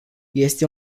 este